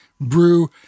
brew